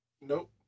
Nope